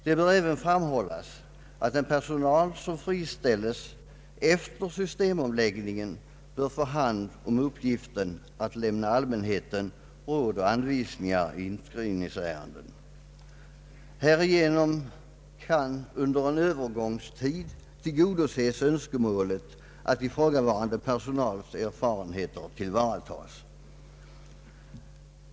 Det bör även framhållas att den personal som friställs efter systemomläggningen bör få hand om uppgiften att lämna allmänheten råd och anvisningar i inskrivningsärenden. Härigenom kan under en övergångstid tillgodoses önskemålet att ifrågavarande personals erfarenheter tillvaratas.